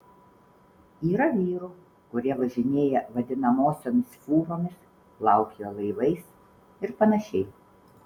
yra vyrų kurie važinėja vadinamosiomis fūromis plaukioja laivais ir panašiai